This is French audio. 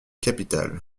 capitale